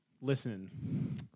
listen